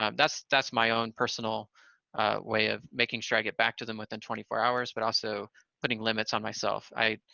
um that's that's my own personal way of making sure i get back to them within twenty four hours, but also putting limits on myself i,